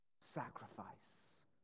sacrifice